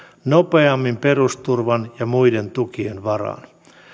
nopeammin perusturvan ja muiden tukien varaan